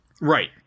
Right